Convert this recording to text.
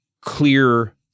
clear